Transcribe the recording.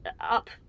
up